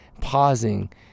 pausing